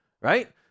right